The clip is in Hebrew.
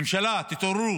ממשלה, תתעוררו.